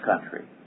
country